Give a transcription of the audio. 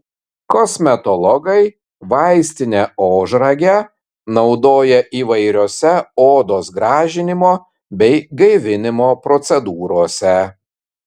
kosmetologai vaistinę ožragę naudoja įvairiose odos gražinimo bei gaivinimo procedūrose